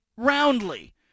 roundly